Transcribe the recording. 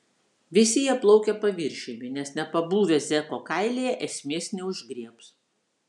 visi jie plaukia paviršiumi nes nepabuvę zeko kailyje esmės neužgriebs